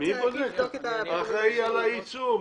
האחראי על הייצור.